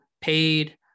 paid